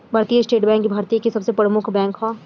भारतीय state bank Bharat के सबसे प्रमुख बैंक ह